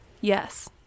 Yes